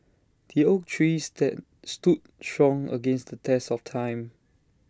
the oak tree stead stood strong against the test of time